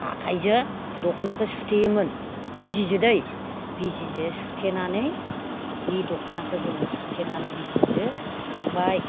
आखाइजों दखनाखौ सुथेयोमोन बिजिजों दै बिजिजों सुथेनानैबे दखनाखौ जोङो सुथेनानै बिजिजों सुबाय